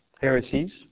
heresies